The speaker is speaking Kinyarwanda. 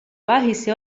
bahise